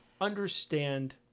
understand